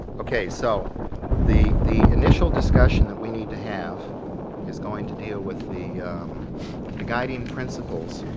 okay, so the the initial discussion that we need to have is going to deal with the the guiding principles